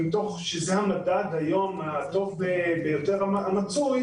שזה המדד הטוב ביותר המצוי,